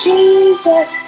Jesus